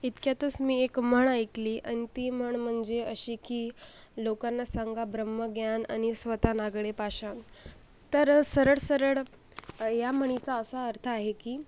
इतक्यातच मी एक म्हण ऐकली अन ती म्हण म्हणजे अशी की लोकांना सांगा ब्रह्मज्ञान आणि स्वतः नागडे पाषाण तर सरळ सरळ ह्या म्हणीचा असा अर्थ आहे की